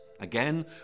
Again